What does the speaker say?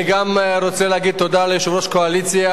אני גם רוצה להגיד תודה ליושב-ראש הקואליציה,